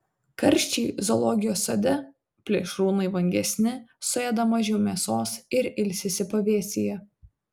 karščiai zoologijos sode plėšrūnai vangesni suėda mažiau mėsos ir ilsisi pavėsyje